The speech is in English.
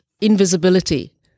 invisibility